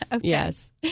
Yes